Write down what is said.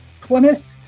Plymouth